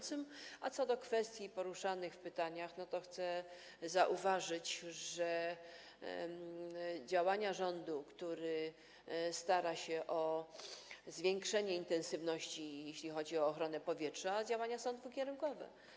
Co do kwestii poruszanych w pytaniach chcę zauważyć, że działania rządu, który stara się o zwiększenie intensywności, jeśli chodzi o ochronę powietrza, są dwukierunkowe.